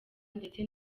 ndetse